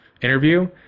interview